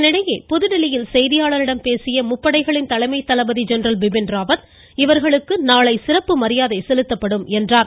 இதனிடையே புதுதில்லியில் செய்தியாளர்களிடம் பேசிய தலைமை தளபதி ஜெனரல் பிபின் ராவத் இவர்களுக்கு நாளை சிறப்பு மரியாதை செலுத்தப்படும் என்றார்